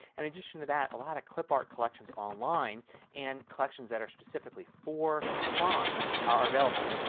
and addition to that a lot of clip art collections online and collections that are specifically for fonts are available.